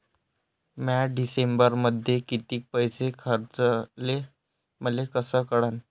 म्या डिसेंबरमध्ये कितीक पैसे खर्चले मले कस कळन?